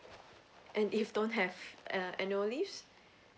and if don't have err annual leaves